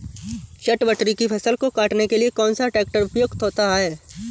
चटवटरी की फसल को काटने के लिए कौन सा ट्रैक्टर उपयुक्त होता है?